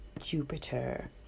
Jupiter